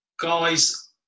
guys